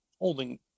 holding